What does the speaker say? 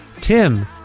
Tim